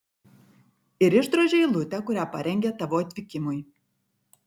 ir išdrožia eilutę kurią parengė tavo atvykimui